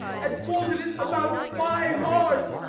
and folded it about my heart.